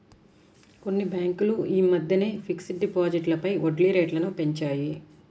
కొన్ని బ్యేంకులు యీ మద్దెనే ఫిక్స్డ్ డిపాజిట్లపై వడ్డీరేట్లను పెంచాయి